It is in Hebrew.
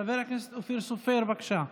חבר הכנסת אופיר סופר, בבקשה.